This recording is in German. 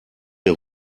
der